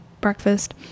breakfast